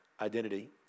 identity